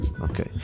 Okay